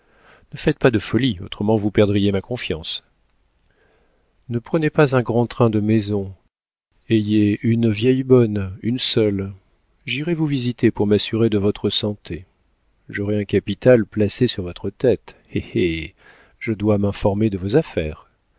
ne faites pas de folies autrement vous perdriez ma confiance ne prenez pas un grand train de maison ayez une vieille bonne une seule j'irai vous visiter pour m'assurer de votre santé j'aurai un capital placé sur votre tête hé hé je dois m'informer de vos affaires